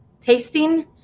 tasting